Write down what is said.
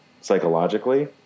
psychologically